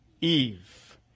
Eve